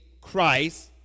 Christ